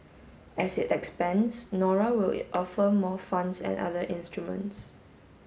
as it expands Nora will it offer more funds and other instruments